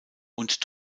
und